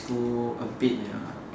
school a bit ya